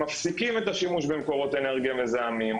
מפסיקים את השימוש במקורות אנרגיה מזהמים,